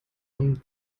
und